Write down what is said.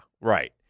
right